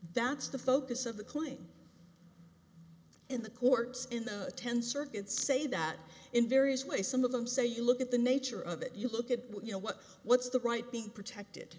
that's the focus of the clinton in the courts in the ten circuit say that in various ways some of them say you look at the nature of it you look at what you know what what's the right being protected